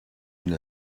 une